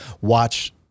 watch